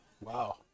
Wow